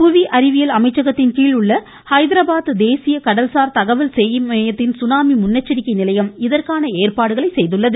புவி அறிவியல் அமைச்சகத்தின் கீழ் உள்ள ஹைதராபாத் தேசிய கடல்சார் தகவல் ச சேவை மையத்தின் சுனாமி முன்னெச்சரிக்கை நிலையம் இதற்கான ஏற்பாடுகளை செய்துள்ளது